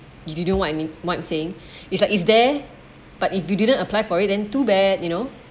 you didn't know what I mean what I'm saying is like is there but if you didn't apply for it then too bad you know